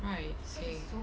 right same